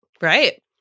Right